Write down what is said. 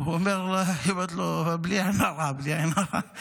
היא אומרת לו: אבל בלי עין הרע, בלי עין הרע.